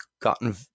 gotten